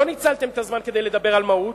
לא ניצלתם את הזמן כדי לדבר על מהות.